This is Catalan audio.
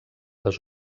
les